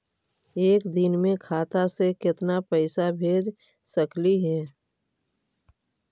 एक दिन में खाता से केतना पैसा भेज सकली हे?